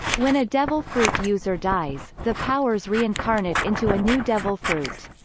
when a devil fruit user dies, the powers reincarnate into a new devil fruit.